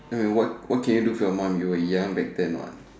then will what what can you do for your mummy you were young back then what